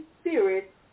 Spirit